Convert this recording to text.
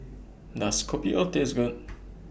Does Kopi O Taste Good